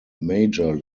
major